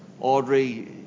Audrey